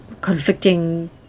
conflicting